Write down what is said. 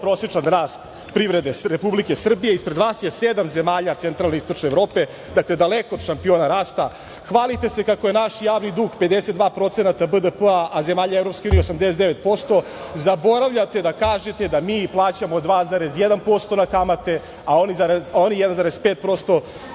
prosečan rast privrede Republike Srbije. Ispred vas je sedam zemalja centralne i istočne Evrope, dakle, daleko od šampiona rasta. Hvalite se kako je naš javni dug 52% BDP-a, a zemalja Evropske unije 89%. Zaboravljate da kažete da mi plaćamo 2,1% na kamate, a oni 1,5%